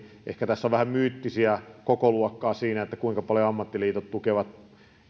ehkä tässä on vähän myyttistä kokoluokkaa siinä kuinka paljon ammattiliitot tukevat